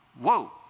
Whoa